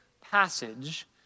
passage